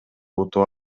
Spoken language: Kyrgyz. утуп